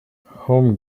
home